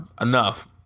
enough